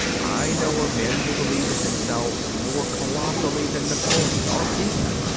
i know of men who believe in themselves more colossally than napoleon or caesar.